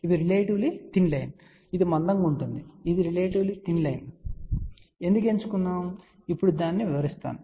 ఇది relatively thin line ఇది మందంగా ఉంటుంది ఇది రిలేటివ్లీ థిన్ లైన్ అని మీరు చూడవచ్చు ఎందుకు ఎంచుకున్నాము నేను ఇప్పుడు దానిని వివరిస్తాను